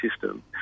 system